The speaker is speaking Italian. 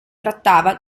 trattava